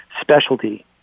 specialty